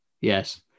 Yes